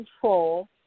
control